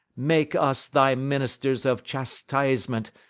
make us thy ministers of chastisement,